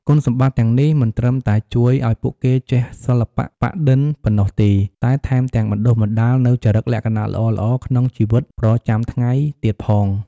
គុណសម្បត្តិទាំងនេះមិនត្រឹមតែជួយឱ្យពួកគេចេះសិល្បៈប៉ាក់-ឌិនប៉ុណ្ណោះទេ តែថែមទាំងបណ្ដុះបណ្ដាលនូវចរិតលក្ខណៈល្អៗក្នុងជីវិតប្រចាំថ្ងៃទៀតផង។